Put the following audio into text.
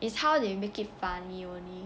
is how they make it funny only